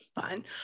Fine